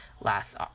last